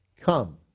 come